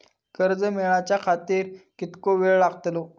कर्ज मेलाच्या खातिर कीतको वेळ लागतलो?